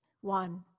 One